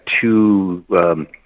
two